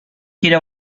quiere